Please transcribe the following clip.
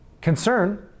Concern